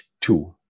two